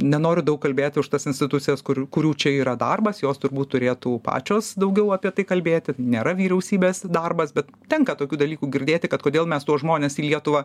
nenoriu daug kalbėti už tas institucijas kur kurių čia yra darbas jos turbūt turėtų pačios daugiau apie tai kalbėti nėra vyriausybės darbas bet tenka tokių dalykų girdėti kad kodėl mes tuos žmones į lietuvą